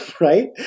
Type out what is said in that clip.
Right